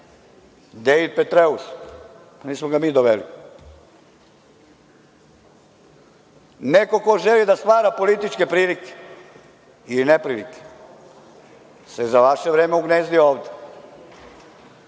Petreus. Nismo ga mi doveli. Neko ko želi da stvara političke prilike ili neprilike se za vaše vreme ugnezdio ovde.